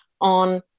on